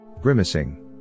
Grimacing